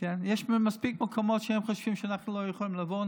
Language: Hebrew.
יש מספיק מקומות שהם חושבים שאנחנו לא יכולים לבוא.